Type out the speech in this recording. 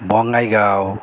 Bongaigaon